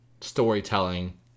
storytelling